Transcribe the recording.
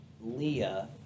Leah